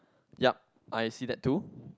yup I see that too